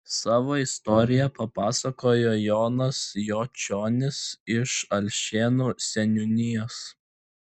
savo istoriją papasakojo jonas jočionis iš alšėnų seniūnijos